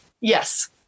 Yes